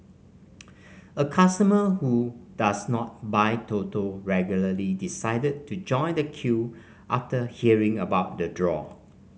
a customer who does not buy Toto regularly decided to join the queue after hearing about the draw